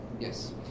Yes